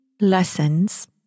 lessons